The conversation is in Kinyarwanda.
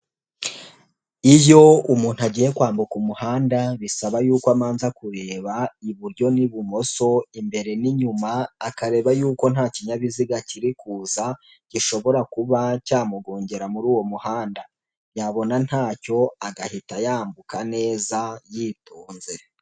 Iyo umuntu agiye kwambuka umuhanda bisaba yuko abanza kureba iburyo n'ibumoso, imbere n'inyuma, akareba yuko nta kinyabiziga kiri kuza gishobora kuba cyamugongera muri uwo muhanda, yabona ntacyo agahita yambuka neza yitonze.